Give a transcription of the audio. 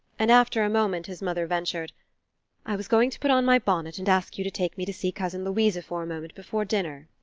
and after a moment his mother ventured i was going to put on my bonnet and ask you to take me to see cousin louisa for a moment before dinner.